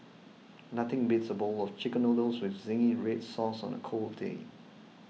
nothing beats a bowl of Chicken Noodles with Zingy Red Sauce on a cold day